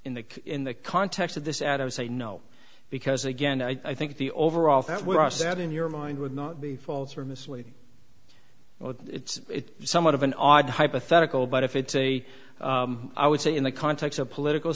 in the in the context of this adam say no because again i think the overall that we are sad in your mind would not be false or misleading or it's somewhat of an odd hypothetical but if it's a i would say in the context of political